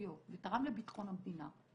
מולם וכשהייתי שואל למה הוא לא זימן אותי,